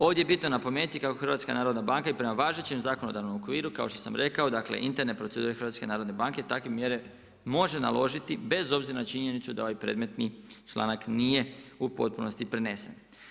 Ovdje je bitno napomenuti kako Hrvatska narodna banka i prema važećem zakonodavnom okviru kao što sam rekao, dakle interne procedure HNB-e takve mjere može naložiti bez obzira na činjenicu da ovaj predmetni članak nije u potpunosti prenesen.